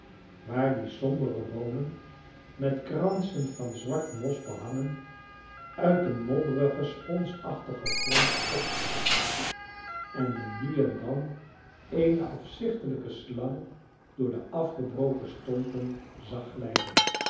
waar die sombere boomen met kransen van zwart mos behangen uit den modderigen sponsachtigen grond opstaken en men nu en dan eene afzichtelijke slang door de afgebroken stompen zag